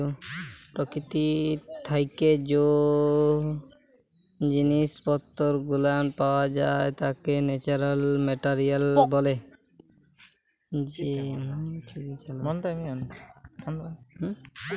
পরকীতি থাইকে জ্যে জিনিস পত্তর গুলান পাওয়া যাই ত্যাকে ন্যাচারাল মেটারিয়াল ব্যলে